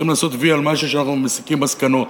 לעשות "וי" על משהו שאנחנו מסיקים מסקנות,